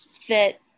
fit